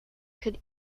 could